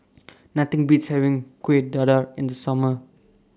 Nothing Beats having Kuih Dadar in The Summer